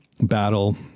battle